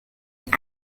your